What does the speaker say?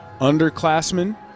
underclassmen